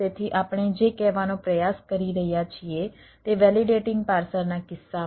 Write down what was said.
તેથી આપણે જે કહેવાનો પ્રયાસ કરી રહ્યા છીએ તે વેલિડેટિંગ પાર્સરના કિસ્સામાં